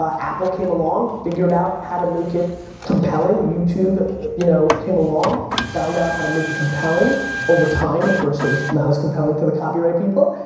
ah apple came along, figured out how to make it compelling. youtube you know came along found out how to make it compelling over time, at first it was not as compelling to the copyright people.